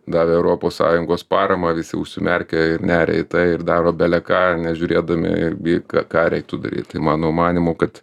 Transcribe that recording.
gavę europos sąjungos paramą visi užsimerkia ir neria į tai ir daro beleką nežiūrėdami į ką ką reiktų daryt tai mano manymu kad